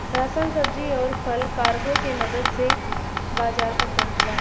ration सब्जी आउर फल कार्गो के मदद से बाजार तक पहुंचला